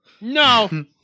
No